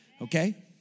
Okay